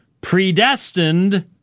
predestined